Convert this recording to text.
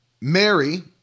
Mary